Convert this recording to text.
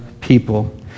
people